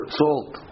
salt